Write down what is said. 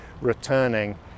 returning